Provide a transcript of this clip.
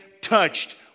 touched